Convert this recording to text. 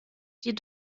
die